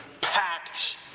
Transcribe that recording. packed